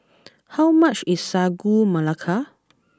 how much is Sagu Melaka